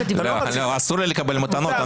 אסור לי לקבל מתנות.